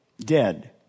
dead